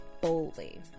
boldly